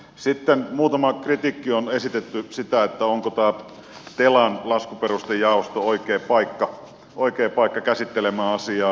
sitten muutama kritiikki on esitetty siitä onko telan laskuperustejaosto oikea paikka käsittelemään asiaa